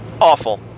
awful